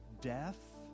death